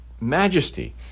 majesty